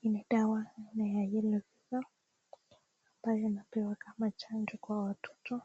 Hii ni dawa ya yellow fever ambayo inapewa kama chanjo kwa watoto,